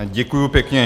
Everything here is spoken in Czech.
Děkuji pěkně.